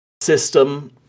system